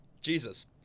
Jesus